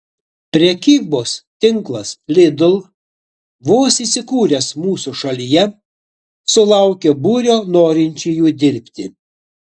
prekybos tinklas lidl vos įsikūręs mūsų šalyje sulaukė būrio norinčiųjų dirbti